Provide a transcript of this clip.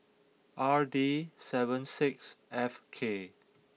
R D seven six F K